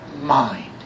mind